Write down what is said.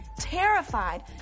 Terrified